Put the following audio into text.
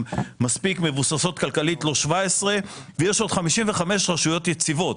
מספיק מבוססות כלכלית ויש עוד 55 רשויות יציבות.